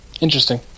interesting